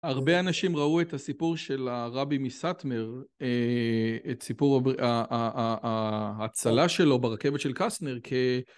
הרבה אנשים ראו את הסיפור של הרבי מסאטמר, את סיפור ההצלה שלו ברכבת של קסנר,